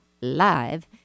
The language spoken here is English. live